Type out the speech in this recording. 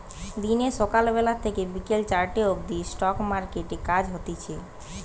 দিনে সকাল বেলা থেকে বিকেল চারটে অবদি স্টক মার্কেটে কাজ হতিছে